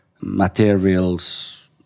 materials